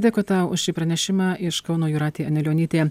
dėkui tau už šį pranešimą iš kauno jūratė anilionytė